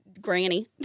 granny